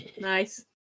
Nice